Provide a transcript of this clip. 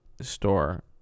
store